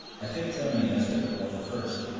i take germany as typical of the first,